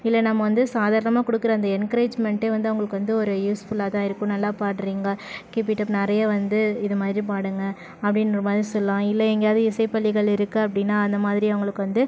இல்லை நம்ம வந்து சாதாரணமாக கொடுக்குற அந்த என்கரேஜ்மெண்டே வந்து அவர்களுக்கு வந்து ஒரு யூஸ்ஃபுல்லாகதான் இருக்கும் நல்ல பாடுறீங்க கீப் இட் அப் நிறைய வந்து இதுமாதிரி பாடுங்கள் அப்படின்ற மாதிரி சொல்லலாம் இல்லை எங்கேயாவது இசை பள்ளிகள் இருக்கு அப்படினா அந்தமாதிரி அவர்களுக்கு வந்து